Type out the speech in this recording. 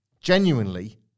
genuinely